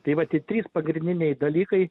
tai va tie trys pagrindiniai dalykai